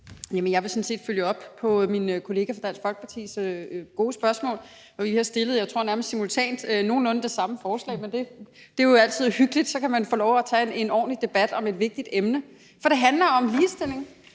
Jeg vil sådan set følge op på min kollega fra Dansk Folkepartis gode spørgsmål, for vi har fremsat – jeg tror nærmest simultant – nogenlunde det samme forslag. Men det er jo altid hyggeligt; så kan man få lov at tage en ordentlig debat om et vigtigt emne. For det handler om ligestilling,